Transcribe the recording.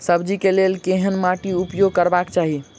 सब्जी कऽ लेल केहन माटि उपयोग करबाक चाहि?